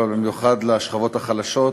אבל במיוחד לשכבות החלשות.